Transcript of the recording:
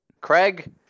Craig